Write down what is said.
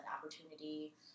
opportunity